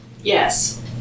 Yes